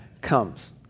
comes